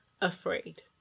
afraid